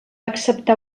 acceptar